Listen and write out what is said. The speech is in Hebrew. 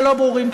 שלא ברורים,